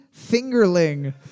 Fingerling